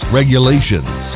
regulations